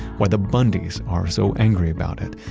why the bundys are so angry about it,